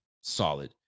solid